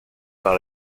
par